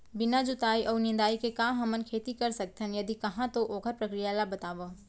बिना जुताई अऊ निंदाई के का हमन खेती कर सकथन, यदि कहाँ तो ओखर प्रक्रिया ला बतावव?